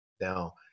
Now